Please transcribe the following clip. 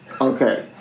Okay